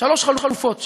שלוש חלופות,